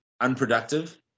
unproductive